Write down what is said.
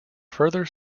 further